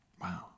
Wow